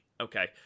okay